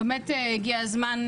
הגיע הזמן,